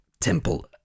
temple